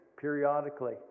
periodically